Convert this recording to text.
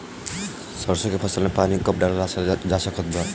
सरसों के फसल में पानी कब डालल जा सकत बा?